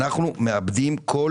אנחנו מאבדים כל